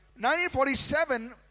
1947